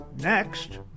Next